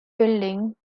building